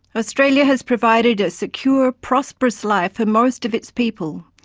australia has provided a secure, prosperous life for most of its people,